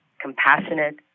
compassionate